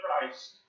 Christ